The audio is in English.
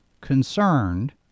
concerned